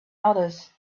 others